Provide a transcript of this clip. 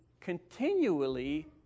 continually